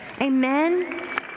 Amen